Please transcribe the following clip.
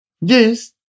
Yes